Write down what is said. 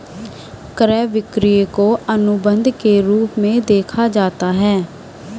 क्रय विक्रय को अनुबन्ध के रूप में देखा जाता रहा है